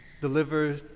deliver